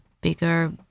bigger